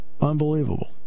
Unbelievable